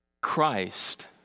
Christ